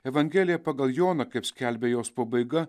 evangelija pagal joną kaip skelbia jos pabaiga